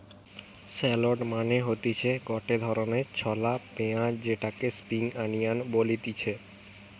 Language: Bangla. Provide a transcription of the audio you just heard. শালট মানে হতিছে গটে ধরণের ছলা পেঁয়াজ যেটাকে স্প্রিং আনিয়ান বলতিছে